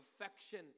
affection